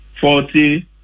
forty